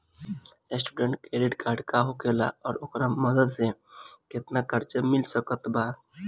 Student credit card का होखेला और ओकरा मदद से केतना कर्जा मिल सकत बा?